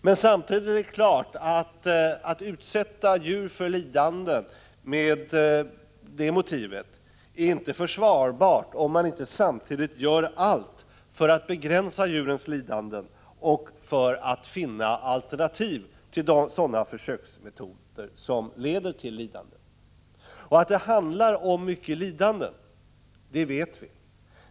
Men att utsätta djur för lidande med det motivet är naturligtvis inte försvarbart, om man inte samtidigt gör allt för att begränsa deras lidanden och för att finna alternativ till sådana försöksmetoder som leder till lidande. Och att det handlar om mycket lidande vet vi.